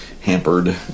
hampered